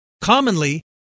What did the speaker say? Commonly